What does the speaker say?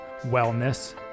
wellness